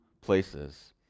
places